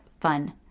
fun